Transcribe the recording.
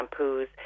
shampoos